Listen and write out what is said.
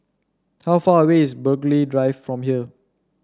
how far away is Burghley Drive from here